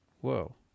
whoa